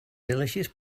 delicious